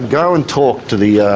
go and talk to the